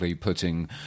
putting